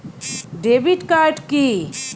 Debit card কি?